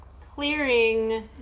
clearing